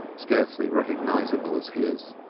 scarcely recognizable as his.